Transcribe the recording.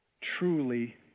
truly